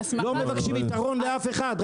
לא מבקשים יתרון על אף אחד.